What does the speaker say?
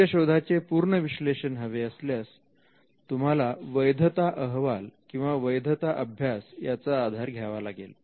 तुमच्या शोधाचे पूर्ण विश्लेषण हवे असल्यास तुम्हाला वैधता अहवाल किंवा वैधता अभ्यास याचा आधार घ्यावा लागेल